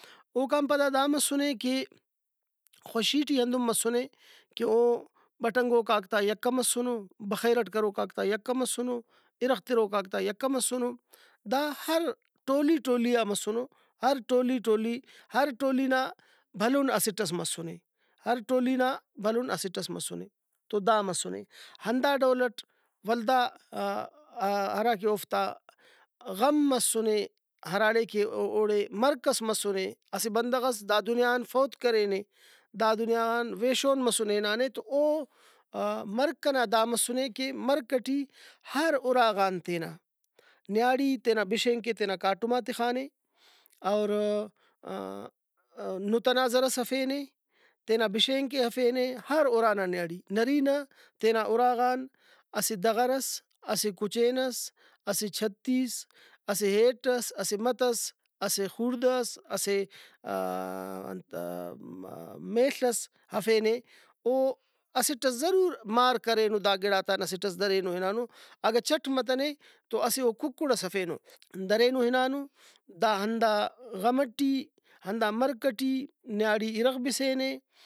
اوکان پدا دا مسُنے کہ خوشی ٹی ہندن مسُنے کہ او بٹنگوکاک تا یکہ مسُنو بخیرٹ کروکاک تا یکہ مسُنو اِرغ تروکاک تا یکہ مسُنو دا ہر ٹولی ٹولی آ مسُنو ہر ٹولی ٹولی ہر ٹولی نا بھلن اسٹ ئس مسنے ہر ٹؤلی نا بھلن اٹ ئس مسنے تو دا مسُنے ہندا ڈولٹ ولدا ہراکہ اوفتا غم مسُنے ہراڑے کہ او اوڑے مرک ئس مسُنے اسہ بندغس دا دنیا غان فوت کرینے دا دنیا غان وے شون مسُنے ہنانے تو او مرک ئنا دا مسُنے کہ مرک ئٹی ہر اُراغان تینا نیاڑی تینا بشینک ئے تینا کاٹما تخانے اور نُت ئنا زرس تینا بشینک ئے ہرفینے ہر اُرانا نیاڑی نرینہ تینا اُرا غان اسہ دغرس اسہ کُچین ئس اسہ چھتیس اسہ ہیٹ ئس اسہ مَت ئس اسہ خوڑدہ ئس اسہ میل ئس ہرفینے او اسٹ ئس ضرور مار کرینو دا گڑاتان اسٹ ئس درینو ہنانو اگہ چٹ متنے تو اسہ او کُکڑ ئس ہرفینو درینو ہنانو دا ہندا غم ٹی ہندا مرک ٹی نیاڑی اِرغ بسینے